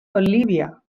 olivia